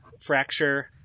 fracture